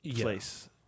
place